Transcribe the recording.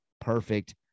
perfect